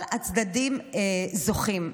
כל הצדדים זוכים,